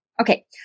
okay